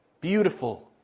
Beautiful